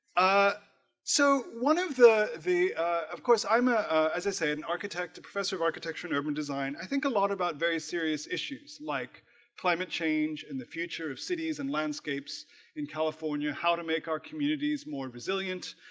ah so one of the the of course i'm ah as i say an architect a professor of architecture and urban design i think a lot about very serious issues like climate change in the future of cities and landscapes in california how to make our communities more resilient